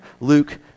Luke